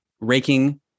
raking